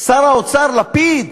שר האוצר לפיד,